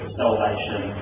salvation